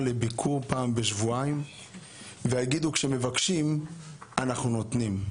לביקור פעם בשבועיים ואז יגידו כשמבקשים אז אנחנו נותנים.